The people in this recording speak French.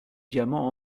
diamant